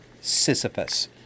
Sisyphus